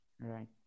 right